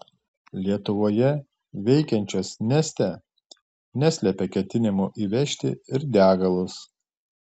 lietuvoje veikiančios neste neslepia ketinimų įvežti ir degalus